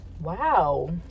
Wow